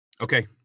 okay